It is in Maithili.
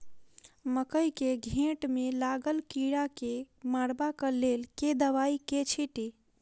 मकई केँ घेँट मे लागल कीड़ा केँ मारबाक लेल केँ दवाई केँ छीटि?